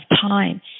time